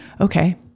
okay